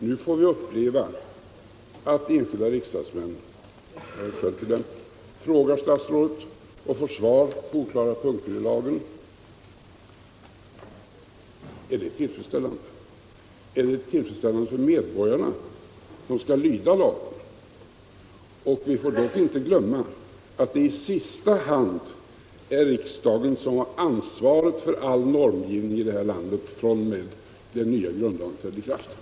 Nu får vi uppleva att enskilda riksdagsmän — jag hör själv till dem — frågar statsrådet och få svar på oklara punkter i lagen. Är det tillfredsställande? Är det tillfredsställande för medborgarna som skall lyda lagen? Vi får dock inte glömma att det i sista hand är riksdagen som fr.o.m. den nya grundlagens ikraftträdande har ansvaret för all normgivning i vårt land.